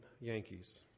Yankees